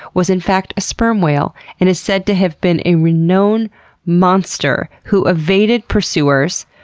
was in fact a sperm whale, and is said to have been a renown monster who evaded pursuers,